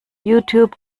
youtube